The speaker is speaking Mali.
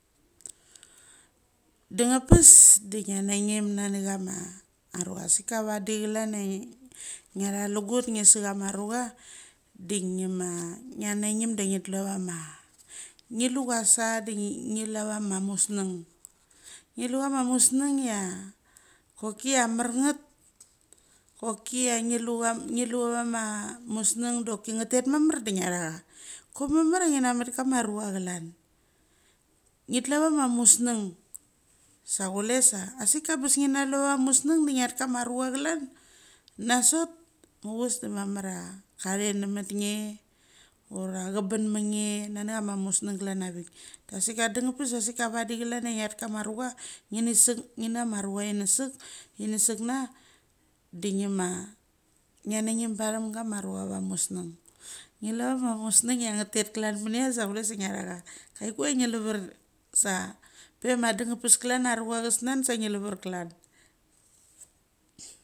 Dang a pes da ngia na nigem na ni ama aruch asick a vadi klan ia ngi ngia tha lusut ngie su kama aruch de ngi ma ngia nagim da ngi tlu vama ngilucha sa. Ngi lu ava ma musung. Ngi lu kama musnug ia choi ia mareth choki ia ngi lucha ngi lu avana musung doki ngeth tet mamar da ngiathaca. Chok mamar ia ngi na mat kama ruch klan. Ngi tlu ava ma musnung sa kule sa asika bes ngi na lu ava musnung da nigat kama ruch klan, na sot, mu chus da cha thet na mut nse. Ura cha ban ma nge nani ama musnung glan ia vik. Asick ia dunga pas vadi klan ia ngat kama ruch, ina sek, ngina ma ruch ini sek ina sek na, de ngi ma ngia nangum pathem guma ia ruch ava musnung. Nsilu ava musung ia ngat tet klan minia sa kuk sa ngiathaka. Kai ku ia ngiluvar sa pe ma danga res klan ia aruch cha snan sa ngi luvar klan.